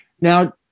Now